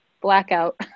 blackout